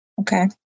Okay